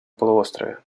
полуострове